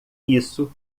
isso